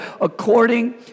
according